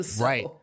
Right